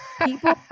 people